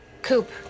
Coop